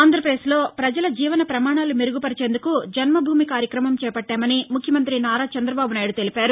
ఆంధ్రప్రదేశ్లో ప్రజల జీవన ప్రమాణాలు మెరుగు పరిచేందుకు జన్మభూమి మావూరు కార్యక్రమం చేపట్టామని ముఖ్యమంత్రి నారా చంద్రబాబు నాయుడు తెలిపారు